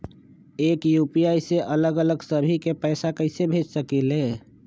एक यू.पी.आई से अलग अलग सभी के पैसा कईसे भेज सकीले?